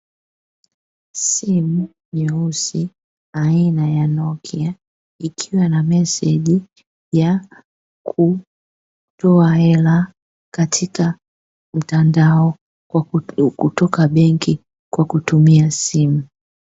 Simu nyeusi aina ya ''Nokia'', ikiwa na meseji ya kutoa hela katika mtandao kutoka benki kwa kutumia simu.